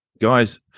guys